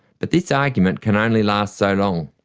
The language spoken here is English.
but this argument can only last so long.